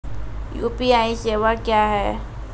UPI सेवा क्या हैं?